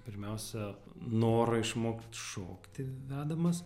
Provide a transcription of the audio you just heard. pirmiausia noro išmokt šokti vedamas